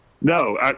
no